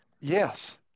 Yes